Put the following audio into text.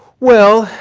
well,